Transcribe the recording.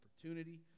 opportunity